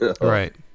Right